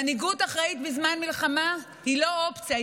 מנהיגות אחראית בזמן מלחמה היא לא אופציה,